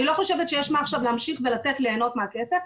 אני לא חושבת שיש מעכשיו להמשיך ולתת ליהנות מהכסף.